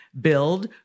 Build